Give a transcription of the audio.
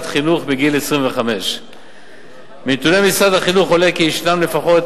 חינוך בגיל 25. מנתוני משרד החינוך עולה כי ישנם לפחות